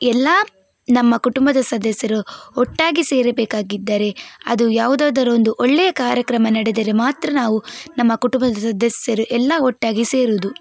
ಎಲ್ಲಾ ನಮ್ಮ ಕುಟುಂಬದ ಸದಸ್ಯರು ಒಟ್ಟಾಗಿ ಸೇರಬೇಕಾಗಿದ್ದರೆ ಅದು ಯಾವುದಾದರೊಂದು ಒಳ್ಳೆಯ ಕಾರ್ಯಕ್ರಮ ನಡೆದರೆ ಮಾತ್ರ ನಾವು ನಮ್ಮ ಕುಟುಂಬದ ಸದಸ್ಯರು ಎಲ್ಲ ಒಟ್ಟಾಗಿ ಸೇರೋದು